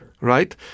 right